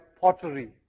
pottery